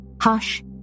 Hush